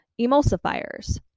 emulsifiers